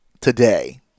today